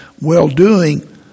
well-doing